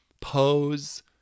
Pose